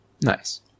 Nice